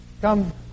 Come